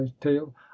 tale